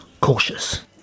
cautious